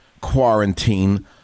quarantine